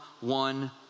one